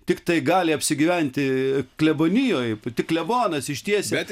tiktai gali apsigyventi klebonijoj tik klebonas ištiesia